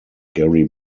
gerry